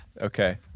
Okay